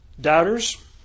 doubters